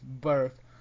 birth